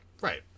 right